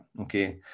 Okay